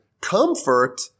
comfort